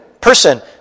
person